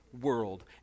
world